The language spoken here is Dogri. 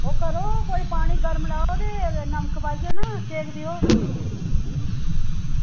एह् करो कोई पानी गर्म लैओ ते लून पाइयै ना सेक देओ